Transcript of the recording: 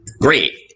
Great